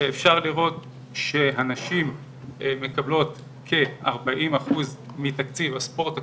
ואפשר לראות שהנשים מקבלות כארבעים אחוז מתקציב הספורט הקבוצתי,